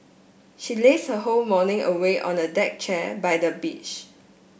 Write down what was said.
she laze her whole morning away on a deck chair by the beach